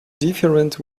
different